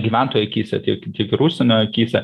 gyventojų akyse tiek tiek ir užsienio akyse